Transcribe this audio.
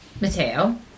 Mateo